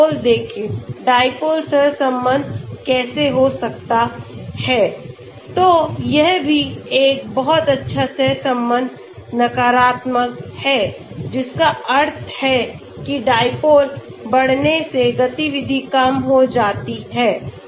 dipole देखें dipole सहसंबंध कैसे हो सकता है तो यह भी एक बहुत अच्छा सहसंबंध नकारात्मक है जिसका अर्थ है कि dipole बढ़ने से गतिविधि कम हो जाती है